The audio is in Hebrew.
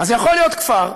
אז יכול להיות כפר,